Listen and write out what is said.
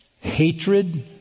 hatred